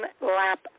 lap